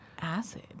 Acid